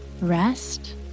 Rest